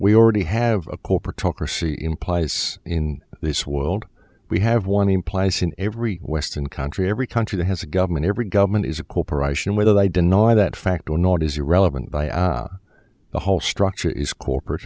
we already have a corporatocracy implies in this world we have one implies in every western country every country has a government every government is a corporation whether they deny that fact or not is irrelevant by our the whole structure is corporate